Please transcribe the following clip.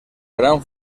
gran